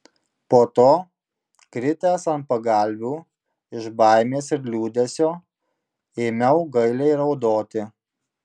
po to kritęs ant pagalvių iš baimės ir liūdesio ėmiau gailiai raudoti